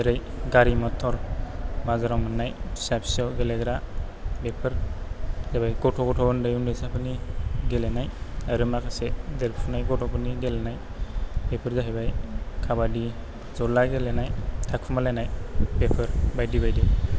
जेरै गारि मटर बाजाराव मोन्नाय फिसा फिसौ गेलेग्रा बेफोर जाबाय गथ' गथ' उन्दै उन्दैसाफोरनि गेलेनाय आरो माखासे देरफुनाय गथ'फोरनि गेलेनाय बेफोर जाहैबाय खाबादि जलाय गेलेनाय थाखुमालायनाय बेफोर बायदि बायदि